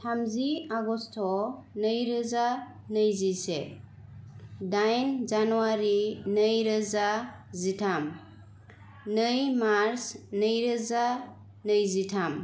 थामजि आगष्ट' नै रोजा नैजिसे दाइन जानुवारि नै रोजा जिथाम नै मार्च नै रोजा नैजिथाम